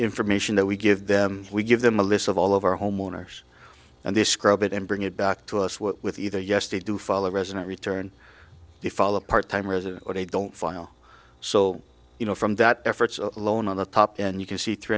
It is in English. information that we give them we give them a list of all of our homeowners and they scrub it and bring it back to us what with either yes they do follow resident return they fall apart time resident or they don't file so you know from that efforts alone on the top and you can see three